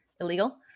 illegal